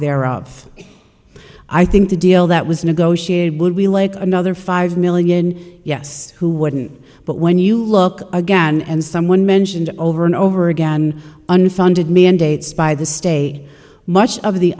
thereof i think the deal that was negotiated would be like another five million yes who wouldn't but when you look again and someone mentioned over and over again unfunded mandates by the state much of the